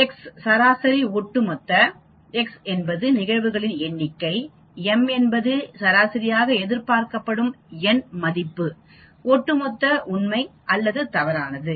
x சராசரிஒட்டுமொத்த x என்பது நிகழ்வுகளின் எண்ணிக்கை m என்பது சராசரி எதிர்பார்க்கப்படும் எண் மதிப்பு ஒட்டுமொத்த உண்மை அல்லது தவறானது